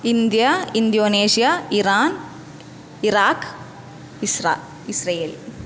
India Indonesia Iran Iraq Israel Israel